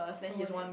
no one eh